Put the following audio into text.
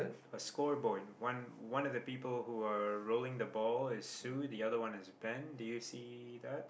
a scoreboard one one of the people who are rolling the ball is Sue the other one is Ben do you see that